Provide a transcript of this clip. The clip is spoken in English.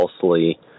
falsely